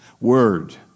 word